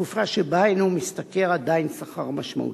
בתקופה שבה אינו משתכר עדיין שכר משמעותי.